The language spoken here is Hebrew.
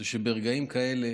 הוא שברגעים כאלה